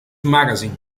magazine